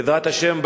בעזרת השם,